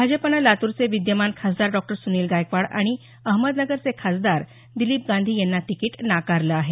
भाजपनं लातूरचे विद्यमान खासदार डॉक्टर सुनील गायकवाड आणि अहमदनगरचे खासदार दिलीप गांधी यांना तिकिट नाकारलं आहे